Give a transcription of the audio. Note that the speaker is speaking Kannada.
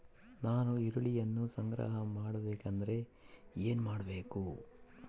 ನಾನು ಈರುಳ್ಳಿಯನ್ನು ಸಂಗ್ರಹ ಮಾಡಬೇಕೆಂದರೆ ಏನು ಮಾಡಬೇಕು?